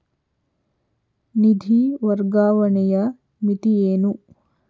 ನಿಧಿ ವರ್ಗಾವಣೆಯ ಮಿತಿ ಏನು?